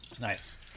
Nice